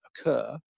occur